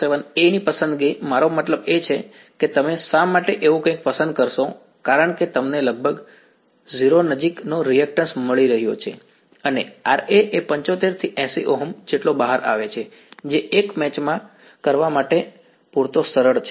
47 a ની પસંદગી મારો મતલબ એ છે કે તમે શા માટે એવું કંઈક પસંદ કરશો કારણ કે તમને લગભગ 0 નજીક નો રીએક્ટન્શ મળી રહ્યો છે અને Ra એ 75 થી 80 ઓહ્મ જેટલો બહાર આવે છે જે એકમાં મેચ કરવા માટે પૂરતો સરળ છે